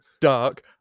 dark